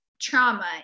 trauma